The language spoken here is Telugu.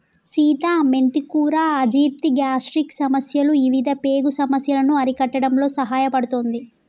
సీత మెంతి కూర అజీర్తి, గ్యాస్ట్రిక్ సమస్యలు ఇవిధ పేగు సమస్యలను అరికట్టడంలో సహాయపడుతుంది